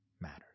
matters